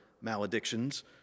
maledictions